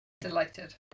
Delighted